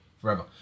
forever